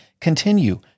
continue